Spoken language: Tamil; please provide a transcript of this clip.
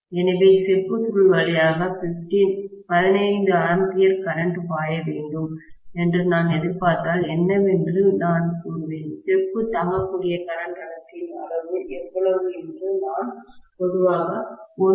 எனவே செப்பு சுருள் வழியாக 15 A கரண்ட் பாய வேண்டும் என்று நான் எதிர்பார்த்தால் என்னவென்று நான் கூறுவேன் செப்பு தாங்கக்கூடிய கரண்ட் அடர்த்தியின் அளவு எவ்வளவு என்று நான் பொதுவாக 1